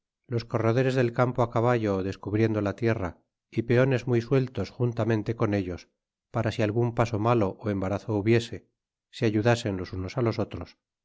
los corredores del campo á caballo descubriendo la tierra y peones muy sueltos juntamente con ellos para si algun paso malo ó embarazo hubiese se ayudasen los unos los otros